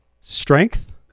strength